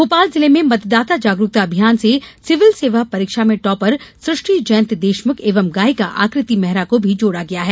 भोपाल जिले में मतदाता जागरुकता अभियान से सिविल सेवा परीक्षा में टॉपर सृष्टि जयंत देशमुख एवं गायिका आकृति मेहरा को भी जोड़ा गया है